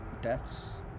deaths